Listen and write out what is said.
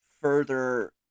further